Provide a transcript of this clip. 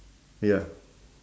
ya